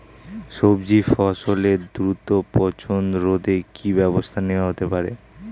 সবজি ফসলের দ্রুত পচন রোধে কি ব্যবস্থা নেয়া হতে পারে?